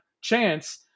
chance